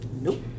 Nope